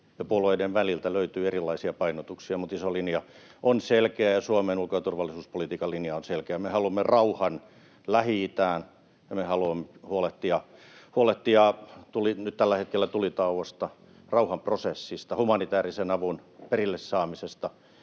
ja puolueiden väliltä löytyy erilaisia painotuksia, mutta iso linja on selkeä, ja Suomen ulko- ja turvallisuuspolitiikan linja on selkeä. Me haluamme rauhan Lähi-itään, ja me haluamme huolehtia nyt tällä hetkellä tulitauosta, rauhanprosessista, humanitäärisen avun perille saamisesta.